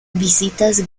visitas